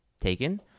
taken